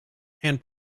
and